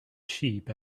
sheep